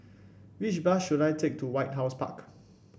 which bus should I take to White House Park